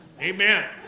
Amen